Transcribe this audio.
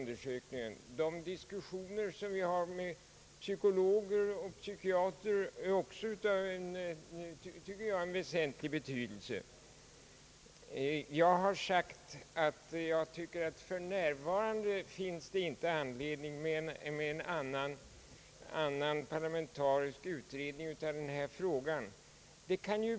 De diskussioner som förs med psykologer och psykiatrer har också väsentlig betydelse. Jag har tidigare sagt att det f. n. inte finns anledning att sätta i gång en parlamentarisk utredning av denna fråga.